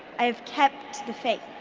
i have kept the faith